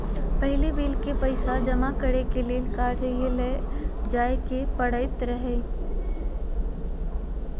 पहिले बिल के पइसा जमा करेके लेल कर्जालय जाय के परैत रहए